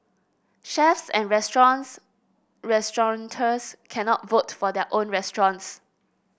chefs and restaurants restaurateurs cannot vote for their own restaurants